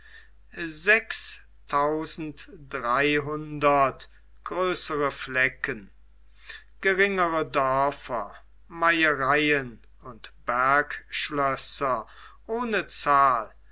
größere flecken geringere dörfer maiereien und bergschlösser ohne zahl